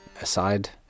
aside